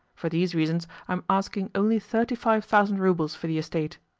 for these reasons i am asking only thirty-five thousand roubles for the estate.